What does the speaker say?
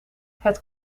het